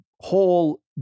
whole